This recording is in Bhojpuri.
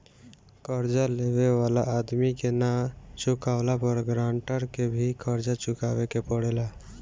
कर्जा लेवे वाला आदमी के ना चुकावला पर गारंटर के भी कर्जा चुकावे के पड़ेला